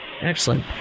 Excellent